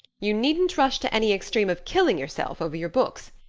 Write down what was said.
you needn't rush to any extreme of killing yourself over your books.